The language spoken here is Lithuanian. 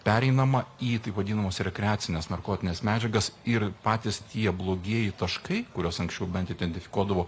pereinama į taip vadinamas rekreacines narkotines medžiagas ir patys tie blogieji taškai kuriuos anksčiau bent identifikuodavo